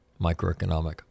microeconomic